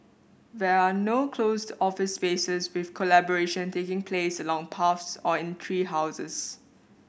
there are no closed office spaces with collaboration taking place along paths or in tree houses